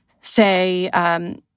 say—